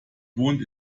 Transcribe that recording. wohnt